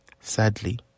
sadly